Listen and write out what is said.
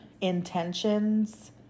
intentions